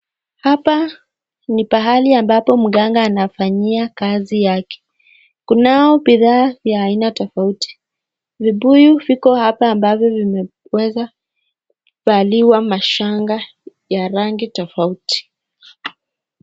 Hapa ni pahali ambapo ganga anafanyia kazi yake. Kunayo bidhaa ya aina tofauti. Vibuyu viko hapaambavyo vimeweza kuvaliwa mashanga ya rangi tofauti.